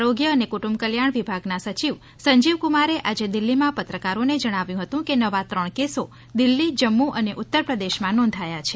આરોગ્ય અને કુંટુબ કલ્યાણ વિભાગના સચિવ સંજીવ કુમારે આજે દિલ્ફીમાં પત્રકારોને જણાવ્યું હતુ કે નવા ત્રણ કેસો દિલ્હી જમ્મુ અને ઉત્તર પ્રદેશમાં નોંધાયા છે